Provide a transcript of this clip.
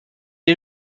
est